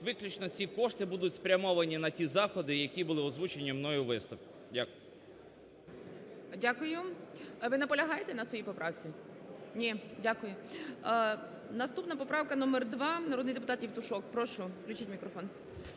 виключно ці кошти будуть спрямовані на ті заходи, які були озвучені мною у виступі. Дякую. ГОЛОВУЮЧИЙ. Дякую. Ви наполягаєте на своїй поправці? Ні. Дякую. Наступна поправка номер 2, народний депутат, прошу. Включіть мікрофон.